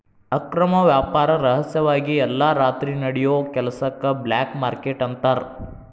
ಅಕ್ರಮ ವ್ಯಾಪಾರ ರಹಸ್ಯವಾಗಿ ಎಲ್ಲಾ ರಾತ್ರಿ ನಡಿಯೋ ಕೆಲಸಕ್ಕ ಬ್ಲ್ಯಾಕ್ ಮಾರ್ಕೇಟ್ ಅಂತಾರ